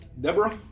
Deborah